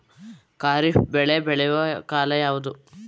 ಖಾರಿಫ್ ಬೆಳೆ ಬೆಳೆಯುವ ಕಾಲ ಯಾವುದು?